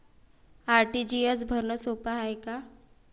RTGS भरनं सोप हाय का?